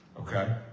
Okay